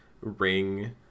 ring